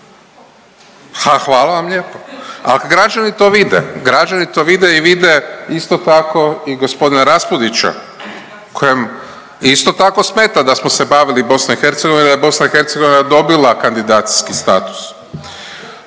ha hvala vam lijepo, a građani to vide, građani to vide i vide isto tako i g. Raspudića kojem isto tako smeta da smo se bavili BiH, da je BiH dobila kandidacijski status.